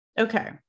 Okay